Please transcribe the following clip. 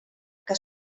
que